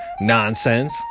nonsense